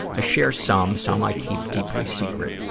i share some. some i keep deeply secret.